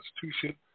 Constitution